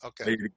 Okay